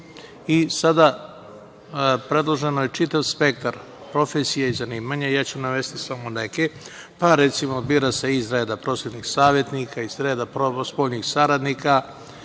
predložen je čitav spektar profesija i zanimanja, ja ću navesti samo neke. Pa, recimo, bira se iz reda prosvetnih savetnika, iz reda spoljnih saradnika,